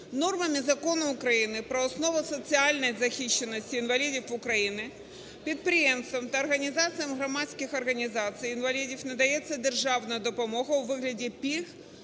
Нормами Закону України "Про основи соціальної захищеності інвалідів в Україні" підприємцям та організаціям, громадським організаціям інвалідів надається державна допомога у вигляді